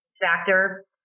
factor